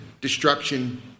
destruction